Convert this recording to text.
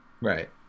right